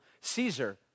Caesar